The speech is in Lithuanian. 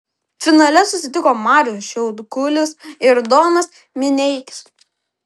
finale susitiko marius šiaudkulis ir domas mineikis